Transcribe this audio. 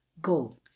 Go